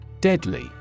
Deadly